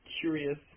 curious